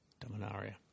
Dominaria